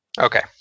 Okay